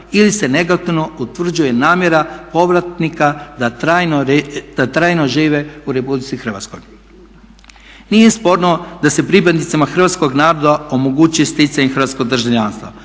ili se negativno utvrđuje namjera povratnika da trajno žive u Republici Hrvatskoj. Nije sporno da se pripadnicima Hrvatskog naroda omogući sticanje hrvatskog državljanstva